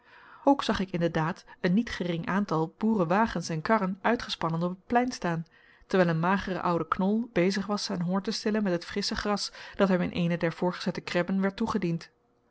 ook zag ik in de daad een niet gering aantal boerewagens en karren uitgespannen op het plein staan terwijl een magere oude knol bezig was zijn honger te stillen met het frissche gras dat hem in eene der voorgezette krebben werd toegediend